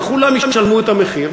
וכולם ישלמו את המחיר,